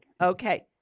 okay